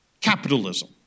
capitalism